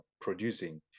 producing